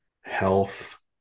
health